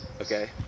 okay